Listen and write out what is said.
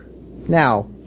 Now